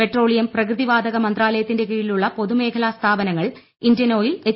പ്പെട്ടോളിയം പ്രകൃതിവാതക മന്ത്രാലയത്തിന്റെ കീഴിലുള്ള പ്പൊത്തുമേഖലാ സ്ഥാപനങ്ങൾ ഇന്ത്യൻ ഓയിൽ എച്ച്